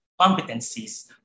competencies